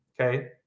okay